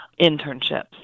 internships